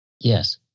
Yes